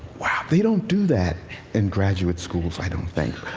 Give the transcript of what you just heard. wow, they don't do that in graduate schools, i don't think.